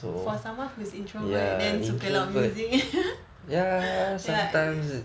for someone who's introvert then suka loud music ya